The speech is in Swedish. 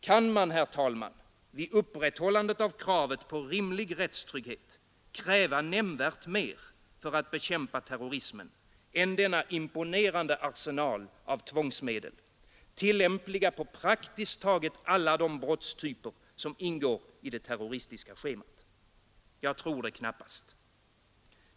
Kan man, herr talman, vid upprätthållande av kravet på rimlig rättstrygghet, kräva nämnvärt mer för att bekämpa terrorismen än denna imponerande arsenal av tvångsmedel, tillämpliga på praktiskt taget alla de brottstyper som ingår i det terroristiska schemat? Jag tror det knappast.